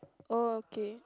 oh okay